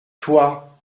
toi